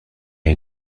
you